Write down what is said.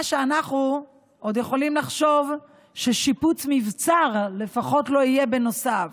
מה שאנחנו עוד יכולים לחשוב זה ששיפוץ מבצר לפחות לא יהיה בנוסף.